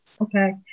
Okay